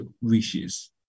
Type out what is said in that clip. wishes